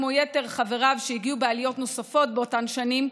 כמו יתר חבריו שהגיעו בעליות נוספות באותן שנים,